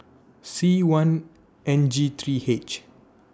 C one N G three H